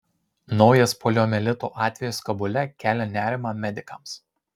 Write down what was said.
naujas poliomielito atvejis kabule kelia nerimą medikams